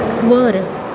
वर